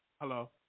Hello